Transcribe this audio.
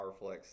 PowerFlex